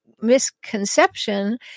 misconception